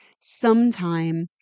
sometime